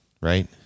right